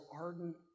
ardent